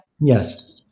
Yes